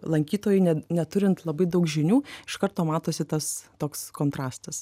lankytojai ne neturint labai daug žinių iš karto matosi tas toks kontrastas